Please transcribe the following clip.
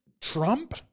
Trump